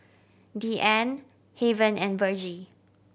Deeann Haven and Virgie